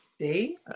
see